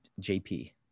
jp